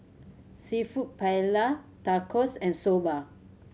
Seafood Paella Tacos and Soba